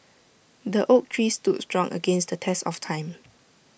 the oak tree stood strong against the test of time